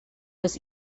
was